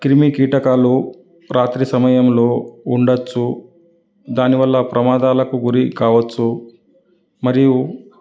క్రిమి కీటకాలు రాత్రి సమయంలో ఉండవచ్చు దాని వల్ల ప్రమాదాలకు గురికావచ్చు మరియు